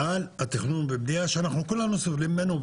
על התכנון והבנייה שאנחנו כולם סובלים ממנו,